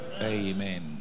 Amen